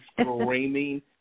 screaming